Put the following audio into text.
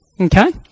Okay